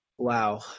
Wow